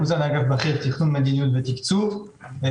איך אנחנו בביצוע של תקציב השכר במחצית הראשונה של השנה.